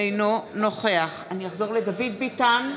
אינו נוכח דוד ביטן,